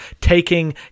taking